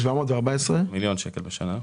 כל השכר.